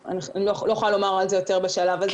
אני לא יכולה לומר על זה יותר בשלב הזה.